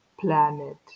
planet